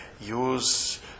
use